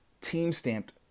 team-stamped